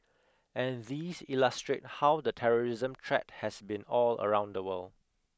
and these illustrate how the terrorism threat has been all around the world